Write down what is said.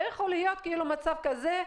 לא יכול להיות מצב כזה.